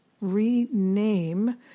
rename